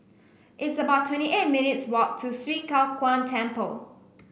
it's about twenty eight minutes' walk to Swee Kow Kuan Temple